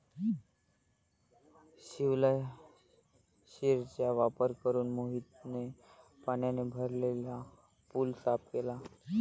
शिवलाशिरचा वापर करून मोहितने पाण्याने भरलेला पूल साफ केला